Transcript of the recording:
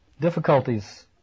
difficulties